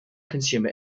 consumer